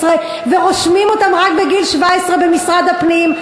ורושמים אותן רק בגיל 17 במשרד הפנים,